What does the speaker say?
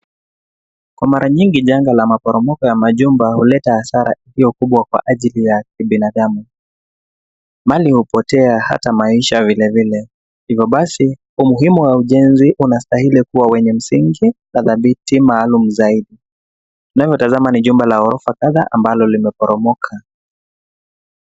Kwa mara nyingi janga la maporomoko ya majumba huleta hasara iliyo kubwa kwa ajili ya kibinadamu. Mali hupotea hata maisha vilevile hivyo basi umuhimu wa ujenzi unastahili kuwa wenye msingi na dhabiti maalum zaidi. Tunavyotazama ni jumba la ghorofa kadhaa ambalo limeporomoka.